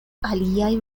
aliaj